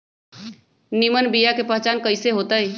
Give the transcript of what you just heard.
निमन बीया के पहचान कईसे होतई?